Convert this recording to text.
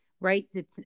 Right